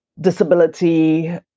disability